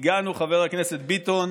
לא לחינם הגענו, חבר הכנסת ביטון,